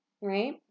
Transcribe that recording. Right